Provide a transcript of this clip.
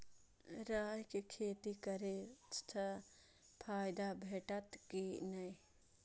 राय के खेती करे स फायदा भेटत की नै?